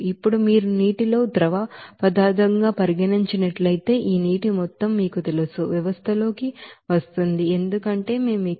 ఇప్పుడు మీరు నీటిలో ಲಿಕ್ವಿಡ್ పదార్థంగా పరిగణించినట్లయితే ఈ నీటి మొత్తం మీకు తెలిసిన వ్యవస్థలోకి వస్తుంది ఎందుకంటే మేము ఇక్కడ లెక్కించిన 46